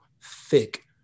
thick